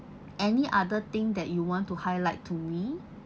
any other thing that you want to highlight to me